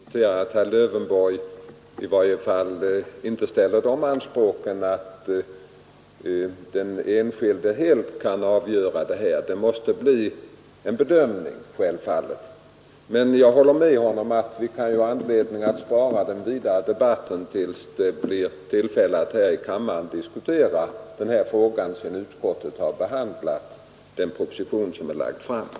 Herr talman! Jag noterar att herr Lövenborg i varje fall inte ställer anspråken att den enskilde helt kan avgöra detta, utan att det självfallet måste bli en annan bedöm ning. Jag håller vidare med honom om att vi kan ha anledning att spara den vidare debatten i frågan tills det blir tillfälle till diskussion här i kammaren sedan utskottet har behandlat den proposition som är framlagd.